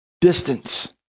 distance